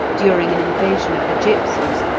during an invasion of the gipsies,